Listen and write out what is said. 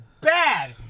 bad